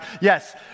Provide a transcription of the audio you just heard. Yes